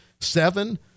Seven